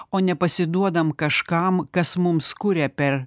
o nepasiduodam kažkam kas mums kuria per